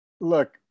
look